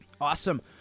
Awesome